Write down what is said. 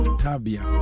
tabia